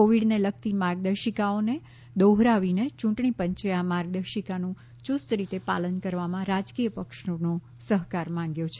કોવિડને લગતી માર્ગદર્શિકાઓને દોહરાવીને ચૂંટણી પંચે આ માર્ગદર્શિકાનું યુસ્ત રીતે પાલન કરવામાં રાજકીય પક્ષોનો સહકાર માગ્યો છે